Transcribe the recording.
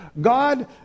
God